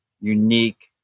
unique